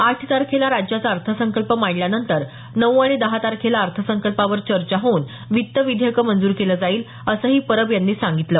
आठ तारखेला राज्याचा अर्थसंकल्प मांडल्यानंतर नऊ आणि दहा तारखेला अर्थसंकल्पावर चर्चा होऊन वित्त विधेयकं मंजूर केलं जाईल असंही परब यांनी सांगितलं